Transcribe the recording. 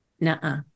nah